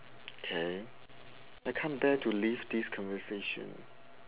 okay I can't bear to leave this conversation